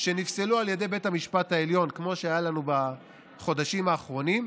שנפסלו על ידי בית המשפט העליון כמו שהיה לנו בחודשים האחרונים.